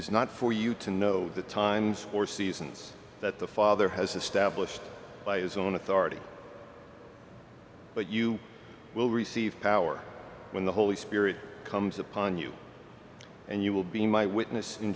is not for you to know the times or seasons that the father has established by his own authority but you will receive power when the holy spirit comes upon you and you will be my witness in